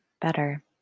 better